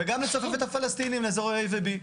וגם לצופף את הפלסטינים לאזורי A ו-B.